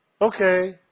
Okay